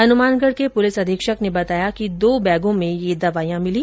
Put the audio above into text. हनुमानगढ़ के पुलिस अधीक्षक ने बताया कि दो बैगों में ये दवाईयां मिली